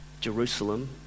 Jerusalem